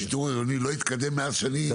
השיטור העירוני לא התקדם מאז ---?